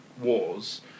Wars